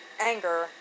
anger